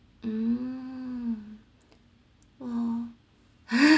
mmhmm !wow!